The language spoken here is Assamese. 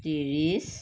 ত্ৰিছ